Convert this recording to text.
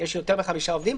יש יותר מחמישה עובדים,